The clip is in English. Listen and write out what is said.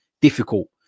difficult